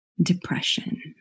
depression